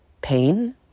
pain